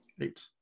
Eight